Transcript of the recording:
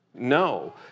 No